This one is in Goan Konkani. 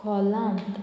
खोलांत